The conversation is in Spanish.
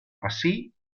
así